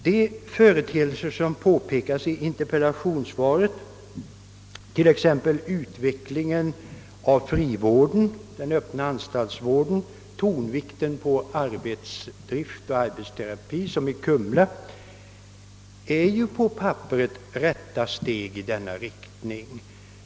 De företeelser som påpekas i interpellationssvaret, t.ex. utvecklingen av frivården, den öppna anstaltsvården, tonvikten på arbetsdrift och arbetsterapi — såsom i Kumla — är ju på papperet rätta steg i denna riktning.